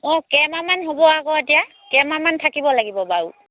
অঁ কেইমাহমান হ'ব আকৌ এতিয়া কেইমাহমান থাকিব লাগিব বাৰু